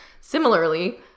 similarly